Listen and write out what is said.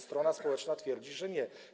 Strona społeczna twierdzi, że nie.